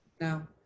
Now